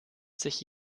sich